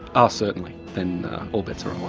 ah certainly, then all bets are